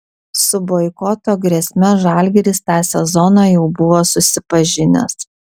su boikoto grėsme žalgiris tą sezoną jau buvo susipažinęs